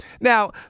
Now